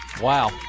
Wow